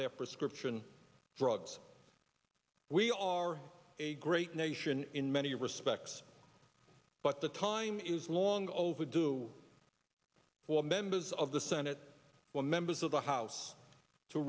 their prescription drugs we are a great nation in many respects but the time is long overdue for members of the senate for members of the house to